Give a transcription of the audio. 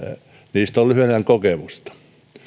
niistä on lyhyen ajan kokemusta